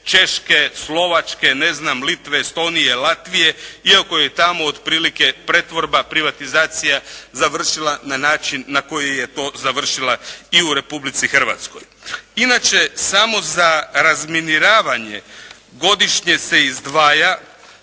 Češke, Slovačke, ne znam Litve, Estonije, Latvije iako je tamo otprilike pretvorba, privatizacija završila na način na koji je to završila i u Republici Hrvatskoj. Inače samo za razminiravanje godišnje se izdvaja